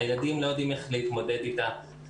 הילדים לא יודעים איך להתמודד אתה.